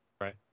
Right